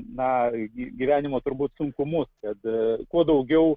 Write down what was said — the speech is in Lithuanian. na gyvenimo turbūt sunkumus kad kuo daugiau